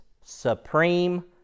Supreme